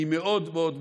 אני מאוד מאוד מקווה,